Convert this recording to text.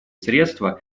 средства